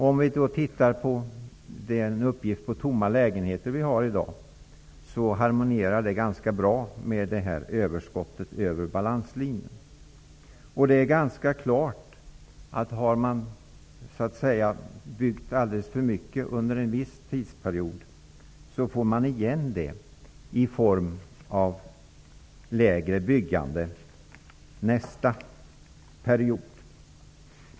Om vi tittar på den uppgift på tomma lägenheter som vi har i dag harmonierar den ganska bra med detta överskott över balanslinjen. Det är ganska klart att om man har byggt alldeles för mycket under en viss tidsperiod får man igen det i form av lägre byggande nästa period.